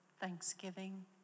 Thanksgiving